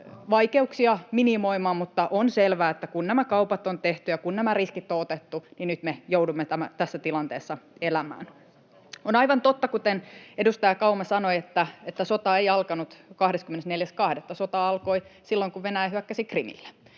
Missä Antton?] Mutta on selvää, että kun nämä kaupat on tehty ja kun nämä riskit on otettu, niin nyt me joudumme tässä tilanteessa elämään. On aivan totta, kuten edustaja Kauma sanoi, että sota ei alkanut 24.2. Sota alkoi silloin, kun Venäjä hyökkäsi Krimille,